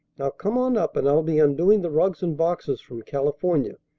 now come on up, and i'll be undoing the rugs and boxes from california.